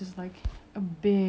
so ya